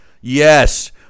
yes